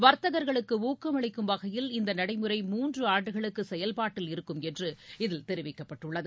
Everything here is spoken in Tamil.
வர்த்தகர்களுக்குஊக்கமளிக்கும் வகையில் இந்தநடைமுறை மூன்றுஆண்டுகளுக்குசெயல்பாட்டில் இருக்கும் என்று இதில் தெரிவிக்கப்பட்டுள்ளது